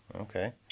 Okay